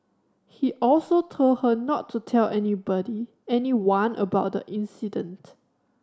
he also told her not to tell anybody anyone about the incident